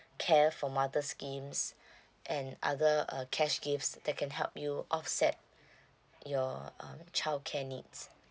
care for mother schemes and other uh cash gifts that can help you offset your um childcare needs